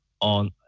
on